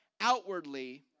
outwardly